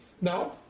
Now